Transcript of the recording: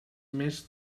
més